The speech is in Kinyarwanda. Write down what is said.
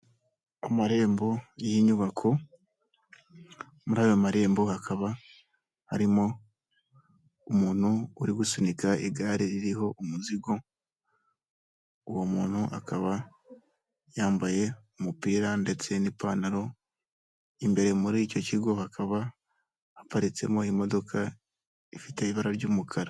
Amarembo y'inyubako muri ayo marembo hakaba harimo umuntu uri gusunika igare ririho umuzigo, uwo muntu akaba yambaye umupira ndetse n'ipantaro imbere muri icyo kigo hakaba haparitsemo imodoka ifite ibara ry'umukara.